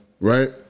Right